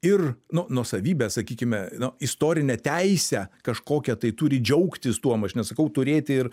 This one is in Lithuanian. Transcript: ir nu nuosavybės sakykime na istorinę teisę kažkokią tai turi džiaugtis tuom aš nesakau turėti ir